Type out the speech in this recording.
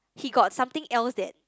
he got something else that